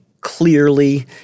clearly